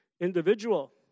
individual